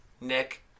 Nick